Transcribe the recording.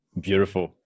Beautiful